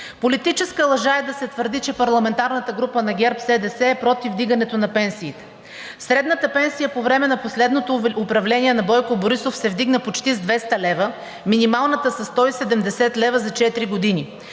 Политическа лъжа е да се твърди, че парламентарната група на ГЕРБ-СДС е против вдигането на пенсиите. Средната пенсия по време на последното управление на Бойко Борисов се вдигна почти с 200 лв., минималната със 170 лв. за четири